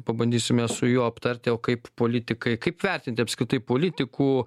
pabandysime su juo aptarti o kaip politikai kaip vertinti apskritai politikų